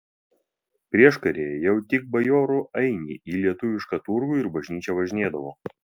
prieškaryje jau tik bajorų ainiai į lietuvišką turgų ir bažnyčią važinėdavo